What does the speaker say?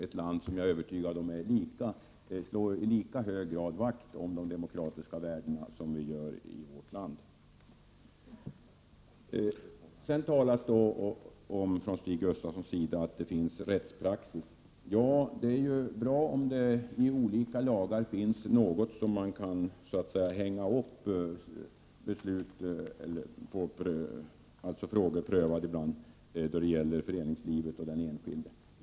Finland är dessutom ett land som, är jag övertygad om, i lika hög grad slår vakt om de demokratiska värdena som vi gör i vårt land. Stig Gustafsson säger vidare att vi har en rättspraxis. Ja, det är bra om det finns olika lagar med hjälp av vilka man kan få frågor som gäller föreningslivet och den enskilde prövade.